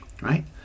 right